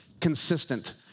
consistent